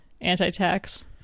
anti-tax